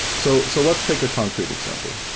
so so let's take a concrete example.